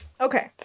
Okay